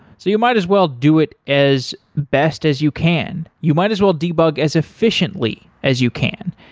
so you might as well do it as best as you can. you might as well debug as efficiently as you can.